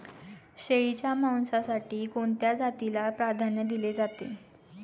शेळीच्या मांसासाठी कोणत्या जातीला प्राधान्य दिले जाते?